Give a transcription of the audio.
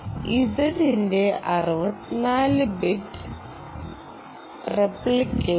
ഇസഡിന്റെ 64 bit representation